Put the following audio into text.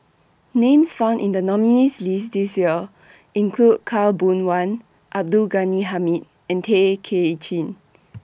Names found in The nominees' list This Year include Khaw Boon Wan Abdul Ghani Hamid and Tay Kay Chin